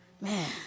Man